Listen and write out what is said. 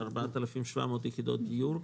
4,700 יחידות דיור.